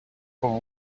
from